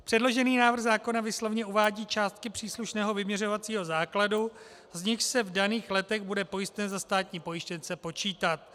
Předložený návrh zákona výslovně uvádí částky příslušného vyměřovacího základu, z nichž se v daných letech bude pojistné za státní pojištěnce počítat.